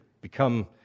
become